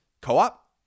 co-op